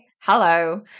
Hello